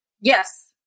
Yes